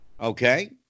okay